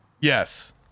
Yes